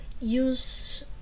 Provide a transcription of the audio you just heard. use